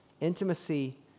intimacy